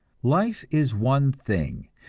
life is one thing,